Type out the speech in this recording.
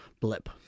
blip